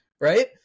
Right